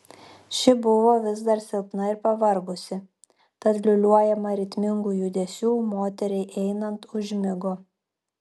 ši buvo vis dar silpna ir pavargusi tad liūliuojama ritmingų judesių moteriai einant užmigo